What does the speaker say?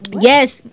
yes